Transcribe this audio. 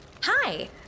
Hi